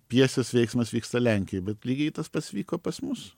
pjesės veiksmas vyksta lenkijoj bet lygiai tas pats vyko pas mus